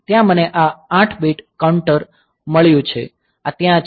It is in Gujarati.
ત્યાં મને આ 8 બીટ કોન્ટૂર મળ્યું છે આ ત્યાં છે